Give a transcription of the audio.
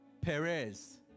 Perez